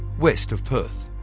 west of perth.